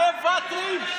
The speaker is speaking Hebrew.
מוותרים.